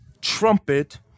trumpet